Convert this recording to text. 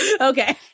okay